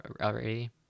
already